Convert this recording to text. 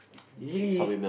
usually